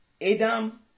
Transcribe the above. Adam